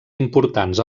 importants